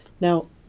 now